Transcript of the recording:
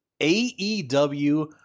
AEW